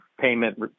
payment